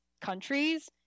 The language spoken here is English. countries